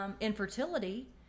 infertility